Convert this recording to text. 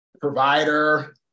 provider